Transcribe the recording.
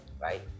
right